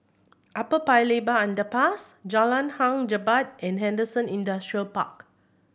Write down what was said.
Upper Paya Lebar Underpass Jalan Hang Jebat and Henderson Industrial Park